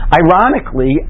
ironically